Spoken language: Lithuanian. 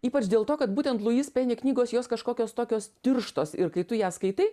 ypač dėl to kad būtent luis peni knygos jos kažkokios tokios tirštos ir kai tu ją skaitai